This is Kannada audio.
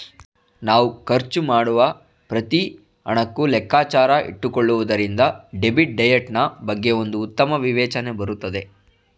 ನಾವ್ ಖರ್ಚು ಮಾಡುವ ಪ್ರತಿ ಹಣಕ್ಕೂ ಲೆಕ್ಕಾಚಾರ ಇಟ್ಟುಕೊಳ್ಳುವುದರಿಂದ ಡೆಬಿಟ್ ಡಯಟ್ ನಾ ಬಗ್ಗೆ ಒಂದು ಉತ್ತಮ ವಿವೇಚನೆ ಬರುತ್ತದೆ